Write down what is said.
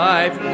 Life